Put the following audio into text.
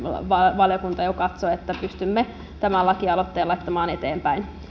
valiokunta katso että pystymme tämän lakialoitteen laittamaan eteenpäin